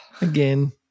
Again